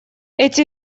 эти